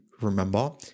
remember